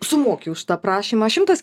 sumoki už tą prašymą šimtas